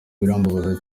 birambabaza